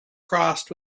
crossed